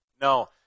No